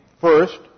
first